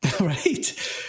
right